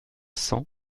cents